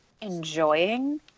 enjoying